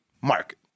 market